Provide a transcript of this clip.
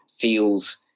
feels